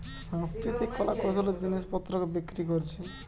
সাংস্কৃতিক কলা কৌশলের জিনিস পত্রকে বিক্রি কোরছে